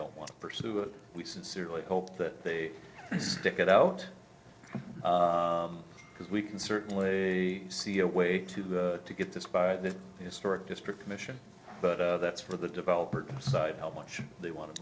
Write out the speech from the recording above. don't want to pursue it we sincerely hope that they stick it out because we can certainly see a way to to get this by the historic district commission but that's for the developer to decide how much they want to